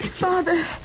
Father